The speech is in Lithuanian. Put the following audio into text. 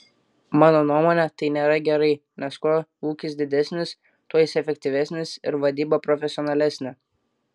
mano nuomone tai nėra gerai nes kuo ūkis didesnis tuo jis efektyvesnis ir vadyba profesionalesnė